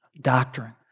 doctrine